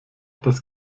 das